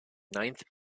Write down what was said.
ninth